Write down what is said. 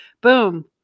boom